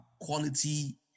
quality